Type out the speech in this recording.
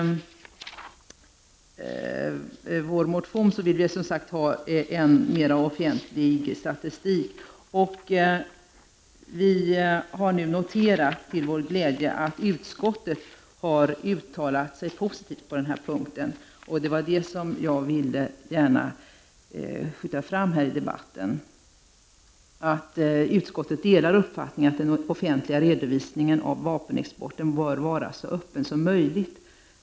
Vi har nu till vår glädje noterat att utskottet har uttalat sig positivt på denna punkt. Jag vill gärna här i debatten påpeka att utskottet delar uppfattningen att den offentliga redovisningen av vapenexporten bör vara så öppen som möjligt.